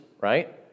right